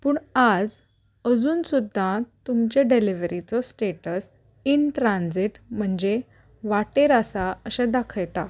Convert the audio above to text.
पूण आज अजून सुद्दां तुमचे डॅलिवरीचो स्टेटस इन ट्रानझीट म्हणजे वाटेर आसा अशें दाखयता